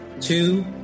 two